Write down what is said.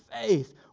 faith